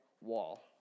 wall